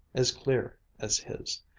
as clear as his.